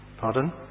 Pardon